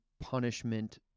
punishment